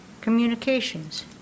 communications